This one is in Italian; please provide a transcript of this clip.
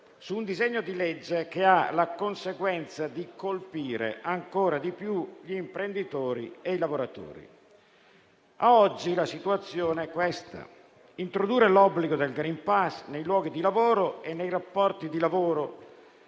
un disegno di legge che ha la conseguenza di colpire ancora di più gli imprenditori e i lavoratori. A oggi la situazione è la seguente: introdurre l'obbligo del *green pass* nei luoghi di lavoro e nei rapporti di lavoro